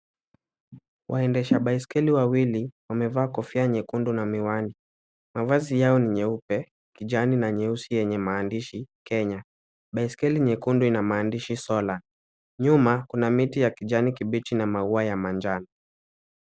Waendesha baiskeli wawili, wamevaa kofia nyekundu na miwani, mavazi yao ni nyeupe, kijani na nyeusi yenye maandishi 'Kenya.' baiskeli nyekundu ina maandishi 'Solar", nyuma kuna miti ya kijani kibichi na maua ya manjaa.